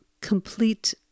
complete